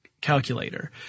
calculator